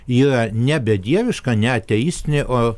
yra ne bedieviška ne ateistinė o